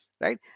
right